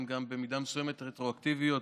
הן גם במידה מסוימת רטרואקטיביות,